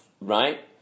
Right